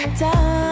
time